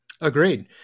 Agreed